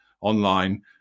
online